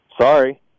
sorry